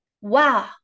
Wow